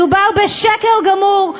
מדובר בשקר גמור.